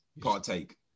partake